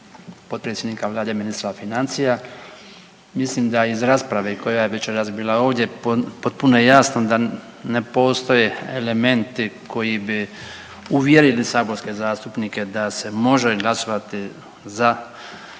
potpredsjednika vlade i ministra financija. Mislim da iz rasprave koja je večeras bila ovdje potpuno je jasno da ne postoje elementi koji bi uvjerili saborske zastupnike da se može glasovati za